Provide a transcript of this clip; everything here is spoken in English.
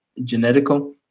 genetical